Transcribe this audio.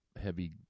heavy